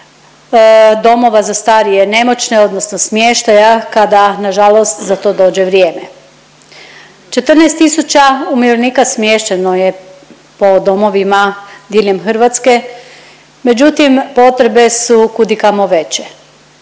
domova za starije i nemoćne odnosno smještaja kada nažalost za to dođe vrijeme. 14 tisuća umirovljenika smješteno je po domovima diljem Hrvatske, međutim potrebe su kudikamo veće.